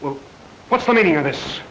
will what's the meaning of this